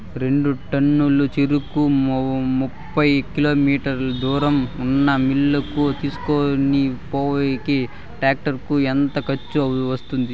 రెండు టన్నుల చెరుకును యాభై కిలోమీటర్ల దూరంలో ఉన్న మిల్లు కు తీసుకొనిపోయేకి టాక్టర్ కు ఎంత ఖర్చు వస్తుంది?